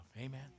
Amen